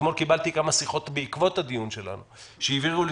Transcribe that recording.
אתמול קיבלתי כמה שיחות בעקבות הדיון שלנו שהבהירו לי